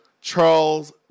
Charles